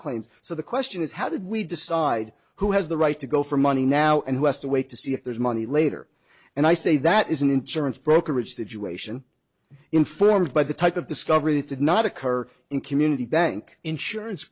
claims so the question is how did we decide who has the right to go for money now and west to wait to see if there's money later and i say that is an insurance brokerage situation informed by the type of discovery that did not occur in community bank insurance